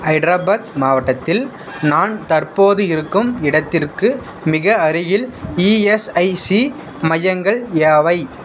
ஹைட்ராபாத் மாவட்டத்தில் நான் தற்போது இருக்கும் இடத்திற்கு மிக அருகில் இஎஸ்ஐசி மையங்கள் யாவை